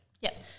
Yes